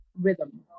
rhythm